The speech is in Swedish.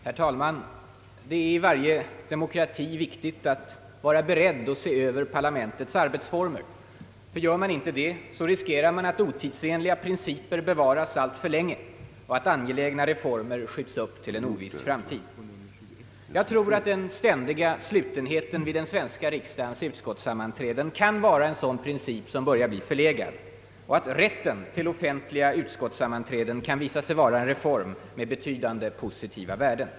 Herr talman! Det är i varje demokrati viktigt att vara beredd att se över parlamentets arbetsformer. Gör man inte det, så riskerar man att otidsenliga principer bevaras alltför länge och att angelägna reformer skjuts upp till en oviss framtid. Jag tror att den ständiga slutenheten vid den svenska riksdagens utskottssammanträden kan vara en sådan princip som börjar bli förlegad och att rätt till offentliga utskottssammanträden kan visa sig vara en reform med betydande positiva värden.